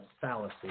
fallacy